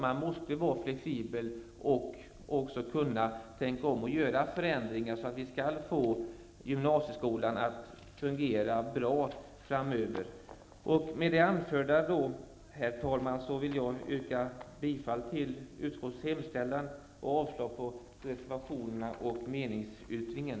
Man måste nog vara flexibel och kunna tänka sig förändringar så att gymnasieskolan skall kunna fungera bra framöver. Herr talman! Med det anförda vill jag yrka bifall till utskottets hemställan och avslag på reservationerna och meningsyttringen.